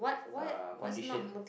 uh condition